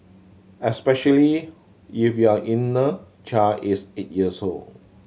especially if your inner child is eight years old